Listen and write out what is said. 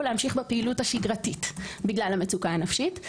להמשיך בפעילות השגרתית בגלל המצוקה הנפשית.